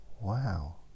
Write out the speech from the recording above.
wow